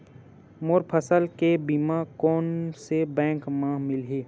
मोर फसल के बीमा कोन से बैंक म मिलही?